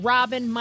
Robin